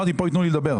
אמרתי שפה ייתנו לי לדבר.